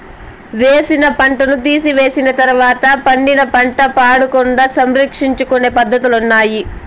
వేసిన పంటను తీసివేసిన తర్వాత పండిన పంట పాడవకుండా సంరక్షించుకొనే పద్ధతులున్నాయి